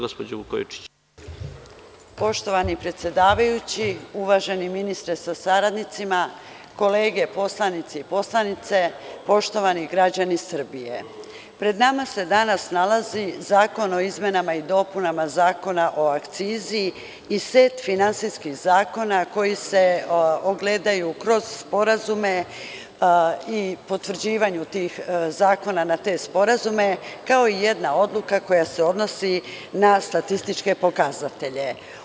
Poštovani predsedavajući, uvaženi ministre sa saradnicima, kolege poslanici i poslanice, poštovani građani Srbije, pred nama se danas nalazi Zakon o izmenama i dopunama Zakona o akcizama i set finansijskih zakona koji se ogledaju kroz sporazume i potvrđivanje sporazuma, kao i jedna odluka koja se odnosi na statističke pokazatelje.